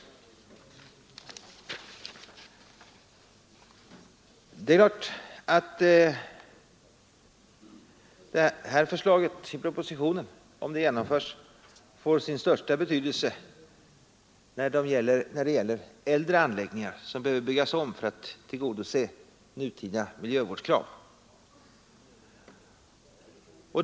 Propositionens förslag får givetvis, om det genomförs, sin största betydelse när det gäller äldre anläggningar som behöver byggas om för att tillgodose nutida miljövårdskrav.